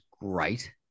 great